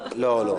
לא, לא.